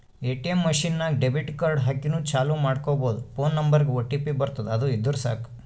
ATM machine ನಾಗ್ debit card ಹಾಕಿನೂ ಚಾಲೂ ಮಾಡ್ಕೊಬೋದು ಫೋನ್ ನಂಬರ್ಗ್ ಒಟಿಪಿ ಬರ್ತುದ್ ಅದು ಇದ್ದುರ್ ಸಾಕು